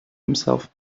himself